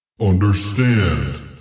Understand